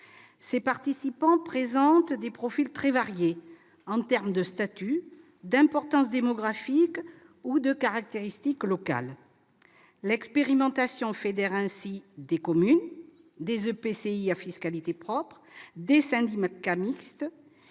Ces participants présentent des profils très variés en termes de statut, d'importance démographique ou de caractéristiques locales. L'expérimentation fédère ainsi des communes, des EPCI à fiscalité propre, des syndicats mixtes,